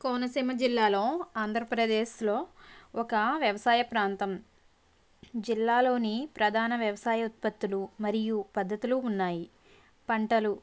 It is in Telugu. కోనసీమ జిల్లాలో ఆంధ్రప్రదేశ్లో ఒక వ్యవసాయ ప్రాంతం జిల్లాలోని ప్రధాన వ్యవసాయ ఉత్పత్తులు మరియు పద్ధతులు ఉన్నాయి పంటలు